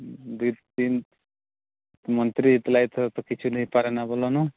ଦୁଇ ତିନ୍ ମନ୍ତ୍ରୀ ହେଇଥିଲା ଏଥରକ ତ କିଛି ନେଇ ପାରନା ବୋଲୁନୁ